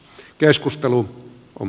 keskustelu on